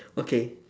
okay